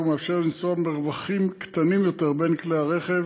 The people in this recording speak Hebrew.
ומאפשר לנסוע במרווחים קטנים יותר בין כלי רכב